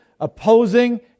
opposing